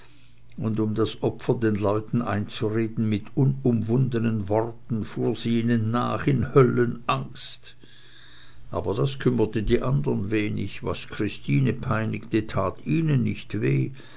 und um das opfer den leuten einzureden mit unumwundenen worten fuhr sie ihnen nach in höllenängst aber das kümmerte die andern wenig was christine peinigte tat ihnen nicht weh